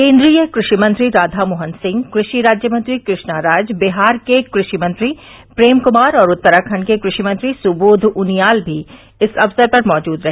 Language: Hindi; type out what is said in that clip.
केन्द्रीय कृषि मंत्री राधा मोहन सिंह कृषि राज्यमंत्री कृष्णा राज बिहार के कृषि मंत्री प्रेम क्मार और उत्तराखंड के कृषि मंत्री सुबोध उनियाल भी इस अवसर पर मौजूद रहे